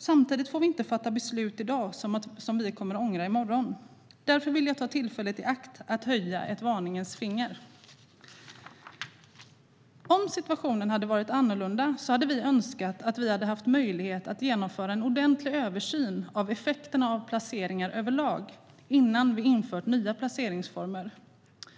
samtidigt får vi inte fatta beslut i dag som vi kommer att ångra i morgon. Därför vill jag ta tillfället i akt att höja ett varningens finger. Om situationen hade varit annorlunda hade vi önskat att det hade varit möjligt att genomföra en ordentlig översyn av effekterna av placeringar överlag innan nya placeringsformer hade införts.